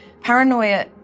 paranoia